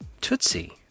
Tootsie